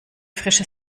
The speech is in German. frische